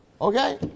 Okay